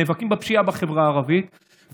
נאבקים בפשיעה בחברה הערבית,